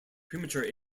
premature